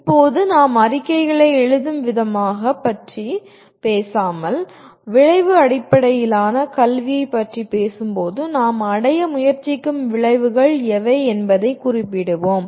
இப்போது நாம் அறிக்கைகளை எழுதும் விதமான பற்றி பேசாமல் விளைவு அடிப்படையிலான கல்வியைப் பற்றிப் பேசும்போது நாம் அடைய முயற்சிக்கும் விளைவுகள் எவை என்பதைக் குறிப்பிடுவோம்